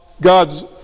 God's